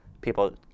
people